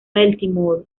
baltimore